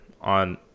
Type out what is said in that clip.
on